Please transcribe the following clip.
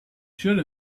should